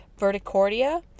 verticordia